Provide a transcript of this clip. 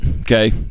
Okay